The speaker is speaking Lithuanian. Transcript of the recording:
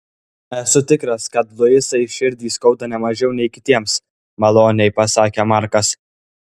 esu tikras kad luisai širdį skauda ne mažiau nei kitiems maloniai pasakė markas